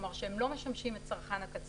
כלומר שהם לא משמשים את צרכן הקצה,